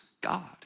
God